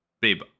babe